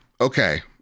okay